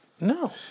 No